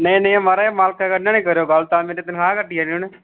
नेईं नेईं महाराज मालकें कन्नै नि करेओ गल्ल तां मेरी तनखाह् कट्टी ओड़नी उनें